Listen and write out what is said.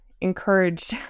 encouraged